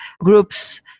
groups